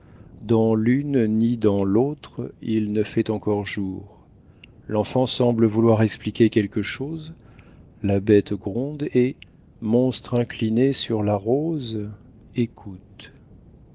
dans l'une ni dans l'autre il ne fait encor jour l'enfant semble vouloir expliquer quelque chose la bête gronde et monstre incliné sur la rose écoute